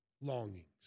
longings